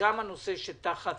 גם הנושא שתחת